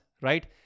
right